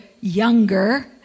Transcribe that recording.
younger